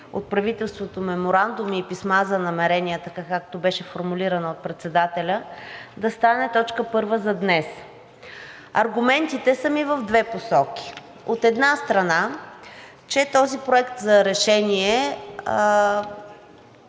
от правителството меморандуми и писма за намерения – така, както беше формулирана от председателя, да стане точка първа за днес. Аргументите са ми в две посоки. От една страна, че този проект за решение